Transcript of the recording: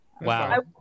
Wow